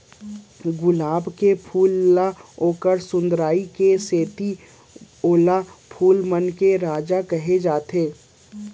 गुलाब के फूल ल ओकर सुंदरई के सेती ओला फूल मन के राजा कहे जाथे